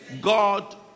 God